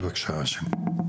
בבקשה, האשם.